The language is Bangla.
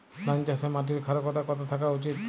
ধান চাষে মাটির ক্ষারকতা কত থাকা উচিৎ?